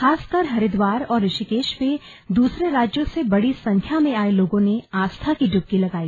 खासकर हरिद्वार और ऋषिकेश में दूसरे राज्यों से बड़ी संख्या में आये लोगों ने आस्था की डुबकी लगाई